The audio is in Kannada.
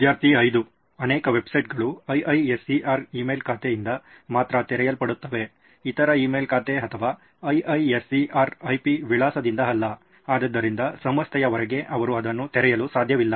ವಿದ್ಯಾರ್ಥಿ 5 ಅನೇಕ ವೆಬ್ಸೈಟ್ಗಳು IISER ಇಮೇಲ್ ಖಾತೆ ಯಿಂದ ಮಾತ್ರ ತೆರೆಯಲ್ಪಡುತ್ತವೆ ಇತರ ಇಮೇಲ್ ಖಾತೆ ಅಥವಾ IISER IP ವಿಳಾಸದಿಂದ ಅಲ್ಲ ಆದ್ದರಿಂದ ಸಂಸ್ಥೆಯ ಹೊರಗೆ ಅವರು ಅದನ್ನು ತೆರೆಯಲು ಸಾಧ್ಯವಿಲ್ಲ